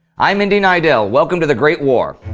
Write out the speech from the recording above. i'm indy neidell welcome to the great war.